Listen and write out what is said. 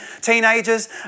Teenagers